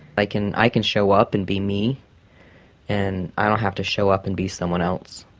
i can i can show up and be me and i don't have to show up and be someone else.